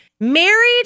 married